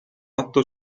atto